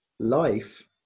Life